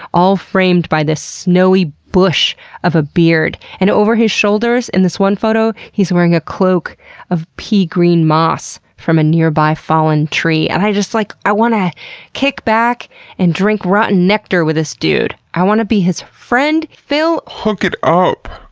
all framed by this snowy bush of a beard. and over his shoulders, in this one photo, he's wearing a cloak of pea-green moss from a nearby fallen tree. and i just like i just wanna kick back and drink rotten nectar with this dude. i wanna be his friend! phil, hook it up!